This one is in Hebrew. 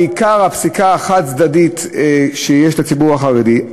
בעיקר הפסיקה החד-צדדית שיש כלפי הציבור החרדי,